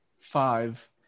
five